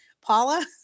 Paula